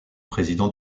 président